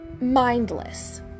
mindless